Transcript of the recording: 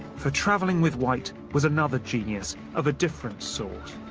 for travelling with white was another genius, of a different sort,